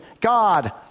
God